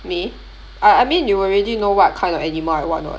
me I I mean you already know what kind of animal I want [what]